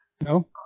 No